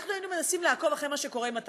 אנחנו היינו מנסים לעקוב אחרי מה שקורה עם התאגיד,